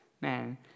Man